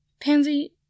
Pansy